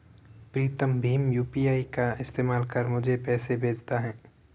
प्रीतम भीम यू.पी.आई का इस्तेमाल कर मुझे पैसे भेजता है